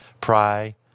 pry